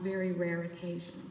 very rare occasion